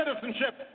citizenship